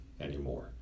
anymore